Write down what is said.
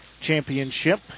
championship